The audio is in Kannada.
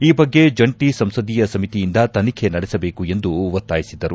ಈ ಬಗ್ಗೆ ಜಂಟಿ ಸಂಸದೀಯ ಸಮಿತಿಯಿಂದ ತನಿಖೆ ನಡೆಸಬೇಕು ಎಂದು ಒತ್ತಾಯಿಸಿದ್ದರು